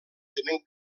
tenen